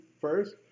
first